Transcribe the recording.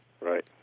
Right